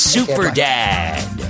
Superdad